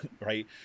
Right